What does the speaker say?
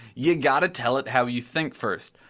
you gotta tell it how you think first.